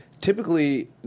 typically